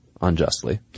unjustly